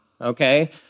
okay